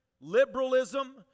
liberalism